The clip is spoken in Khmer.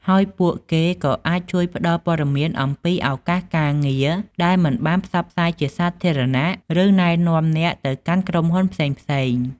ហើយពួកគេក៏អាចជួយផ្ដល់ព័ត៌មានអំពីឱកាសការងារដែលមិនបានផ្សព្វផ្សាយជាសាធារណៈ ឬណែនាំអ្នកទៅកាន់ក្រុមហ៊ុនផ្សេងៗ។